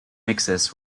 mixes